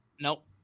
Nope